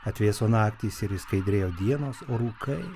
atvėso naktys ir išskaidrėjo dienos rūkas